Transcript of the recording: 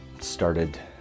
started